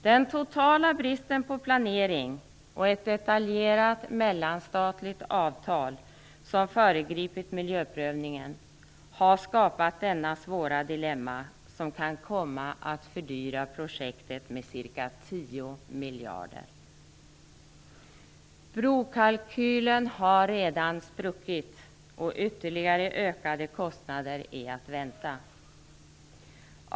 Den totala bristen på planering och ett detaljerat mellanstatligt avtal som föregripit miljöprövningen har skapat detta svåra dilemma som kan komma att fördyra projektet med ca 10 miljarder. Brokalkylen har redan spruckit och ytterligare ökade kostnader är att vänta.